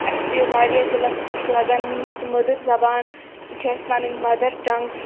اَسہِ چھِ یہِ واریاہ دِلَس خۄش لَگان میٖٹھ تہٕ مٔدٕر زَبان یہِ چھِ اَسہِ پَنٕنۍ مَدَر ٹنٛگ